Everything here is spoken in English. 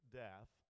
death